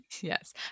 Yes